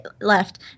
left